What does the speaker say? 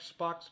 xbox